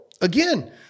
again